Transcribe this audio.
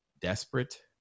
desperate